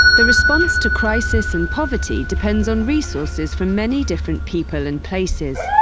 the response to crisis and poverty depends on resources from many different people and places,